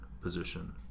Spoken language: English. position